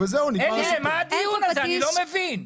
אלי, למה הדיון הזה, אני לא מבין?